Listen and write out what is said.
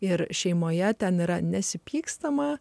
ir šeimoje ten yra nesipykstama